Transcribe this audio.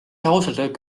ausalt